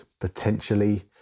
potentially